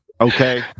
okay